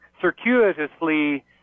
circuitously